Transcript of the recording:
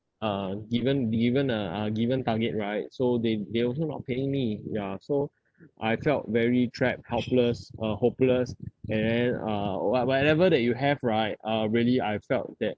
uh given be given uh uh given target right so they they also not paying me ya so I felt very trapped helpless uh hopeless and then uh what whatever that you have right uh really I felt that